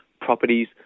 properties